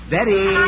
Betty